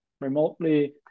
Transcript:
remotely